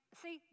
see